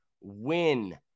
win